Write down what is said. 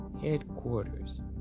Headquarters